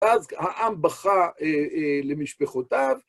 אז העם בכה למשפחותיו.